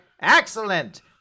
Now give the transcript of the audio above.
Excellent